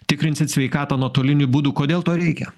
tikrinsit sveikatą nuotoliniu būdu kodėl to reikia